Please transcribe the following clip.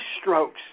strokes